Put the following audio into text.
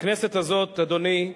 הכנסת הזאת, אדוני,